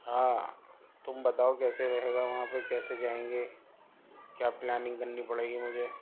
ہاں تم بتاؤ کیسے رہے گا وہاں پہ کیسے جائیں گے کیا پلاننگ کرنی پڑے گی مجھے